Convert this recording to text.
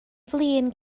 flin